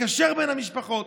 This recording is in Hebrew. לקשר בין המשפחות.